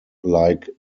like